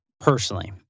personally